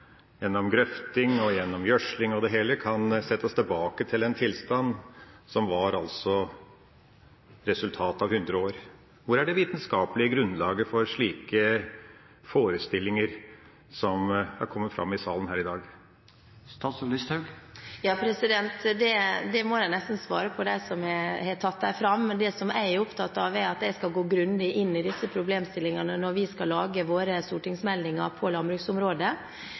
gjennom stor påvirkning av mennesker – gjennom grøfting og gjennom gjødsling og det hele – kan settes tilbake til en tilstand som var resultatet av hundre år. Hvor er det vitenskapelige grunnlaget for slike forestillinger, som er kommet fram i salen her i dag? Det må de nesten svare på, de som har tatt det fram. Det jeg er opptatt av, er å gå grundig inn i disse problemstillingene når vi skal lage stortingsmeldingene på landbruksområdet,